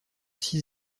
six